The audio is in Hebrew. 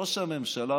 ראש הממשלה,